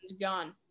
gone